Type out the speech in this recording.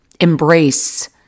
embrace